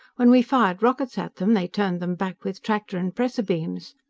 when we fired rockets at them, they turned them back with tractor and pressor beams.